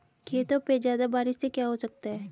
खेतों पे ज्यादा बारिश से क्या हो सकता है?